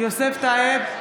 יוסף טייב,